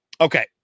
okay